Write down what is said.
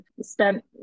spent